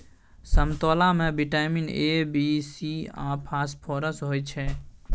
समतोला मे vitamin A, B, C आ फास्फोरस होइ छै